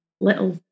little